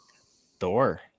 Thor